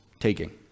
taking